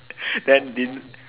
then didn't